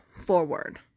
forward